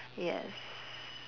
yes